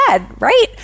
right